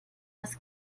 das